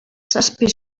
zazpi